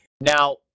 Now